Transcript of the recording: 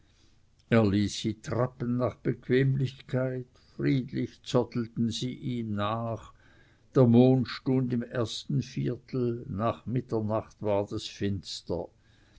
trappen nach bequemlichkeit friedlich zottelten sie ihm nach der mond stund im ersten viertel nach mitternacht ward es finster